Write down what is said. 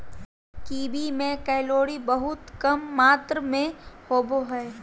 kiwi में calorie बहुत कम मात्र में होबो हइ